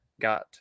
got